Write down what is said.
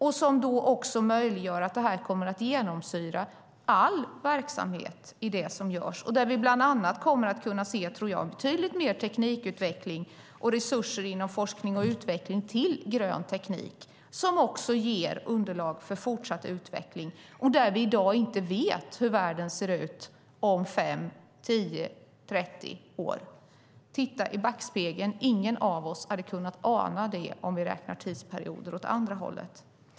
Då möjliggör det också att det här kommer att genomsyra all verksamhet i det som görs. Där kommer vi bland annat, tror jag, att kunna se betydligt mer teknikutveckling och resurser inom forskning och utveckling till grön teknik som också ger underlag för fortsatt utveckling. Vi vet inte i dag hur världen ser ut om 5, 10 eller 30 år. Titta i backspegeln! Ingen av oss hade kunnat ana det om vi räknar tidsperioder åt andra hållet.